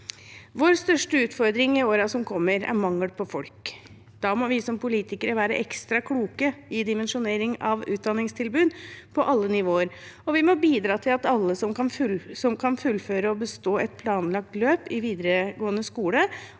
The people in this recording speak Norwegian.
Vår største utfordring i årene som kommer, er mangel på folk. Da må vi som politikere være ekstra kloke i dimensjonering av utdanningstilbud på alle nivåer, og vi må bidra til at alle som kan, fullfører og består et planlagt løp i videregående skole,